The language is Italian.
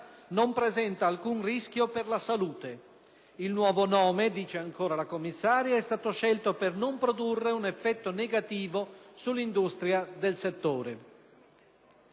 non presenta alcun rischio per la salute. Il nuovo nome» - dice ancora la commissaria - «è stato scelto per non produrre un effetto negativo sull'industria del settore».